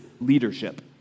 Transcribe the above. leadership